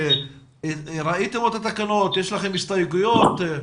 האם יש לכם הסתייגויות?